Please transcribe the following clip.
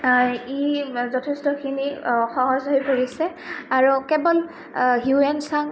ই যথেষ্টখিনি অ সহজ হৈ পৰিছে আৰু কেৱল হিউৱেনচাং